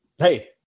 Hey